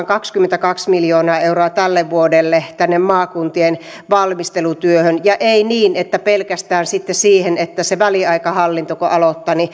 kaksikymmentäkaksi miljoonaa euroa tälle vuodelle tänne maakuntien valmistelutyöhön ja ei niin että pelkästään sitten siihen kun se väliaikahallinto aloittaa